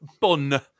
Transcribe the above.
bun